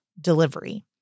delivery